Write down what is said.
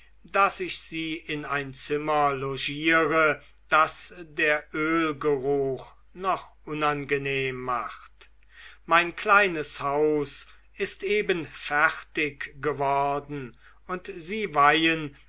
daß ich sie in ein zimmer logierte das der ölgeruch noch unangenehm macht mein kleines haus ist eben fertig geworden und sie weihen